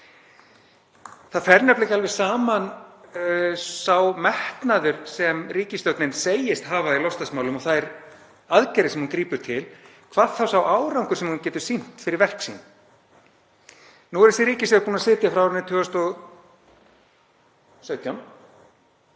Það fer nefnilega ekki alveg saman sá metnaður sem ríkisstjórnin segist hafa í loftslagsmálum og þær aðgerðir sem hún grípur til, hvað þá sá árangur sem hún getur sýnt af verkum sínum. Nú er þessi ríkisstjórn búin að sitja frá árinu 2017,